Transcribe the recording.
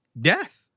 death